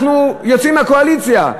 אנחנו יוצאים מהקואליציה.